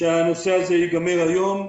שהנושא הזה ייגמר היום,